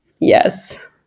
Yes